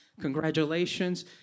Congratulations